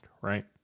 right